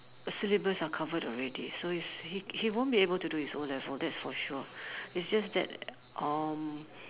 syllabus are covered already so he's he he won't be able to do his O-level that's for sure it's just that um